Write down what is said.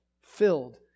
filled